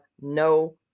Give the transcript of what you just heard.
no